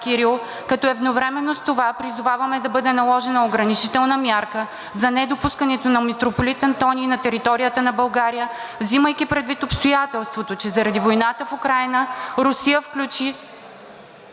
Кирил, като едновременно с това призоваваме да бъде наложена ограничителна мярка за недопускането на митрополит Антоний на територията на България, взимайки предвид обстоятелството, че заради войната в Украйна Русия включи